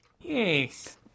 Yes